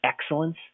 excellence